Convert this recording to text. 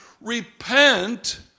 Repent